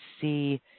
see